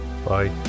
Bye